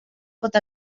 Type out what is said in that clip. pot